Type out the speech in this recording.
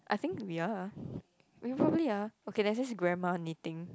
I think we are we probably are okay there's this grandma knitting